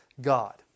God